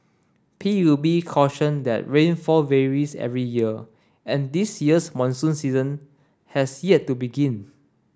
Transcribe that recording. P U B cautioned that rainfall varies every year and this year's monsoon season has yet to begin